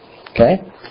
Okay